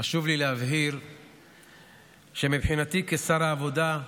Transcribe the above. חשוב לי להבהיר שמבחינתי כשר העבודה,